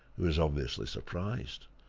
who was obviously surprised.